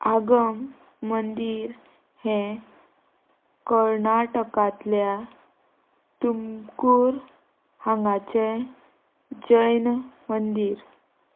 आगम मंदीर हे कर्नाटकांतल्या तुमकूर हांगाचें जैन मंदीर